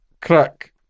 crack